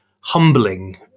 humbling